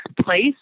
place